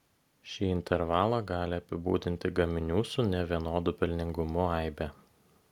šį intervalą gali apibūdinti gaminių su nevienodu pelningumu aibė